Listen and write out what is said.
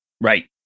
Right